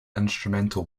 instrumental